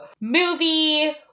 movie